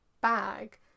bag